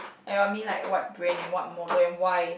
oh I mean like what brand and what model and why